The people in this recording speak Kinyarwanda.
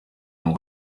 ngo